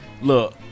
Look